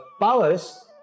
powers